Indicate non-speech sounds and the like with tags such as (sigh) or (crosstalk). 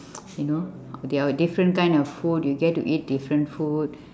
(noise) you know their different kind of food you get to eat different food